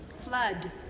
Flood